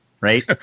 right